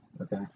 Okay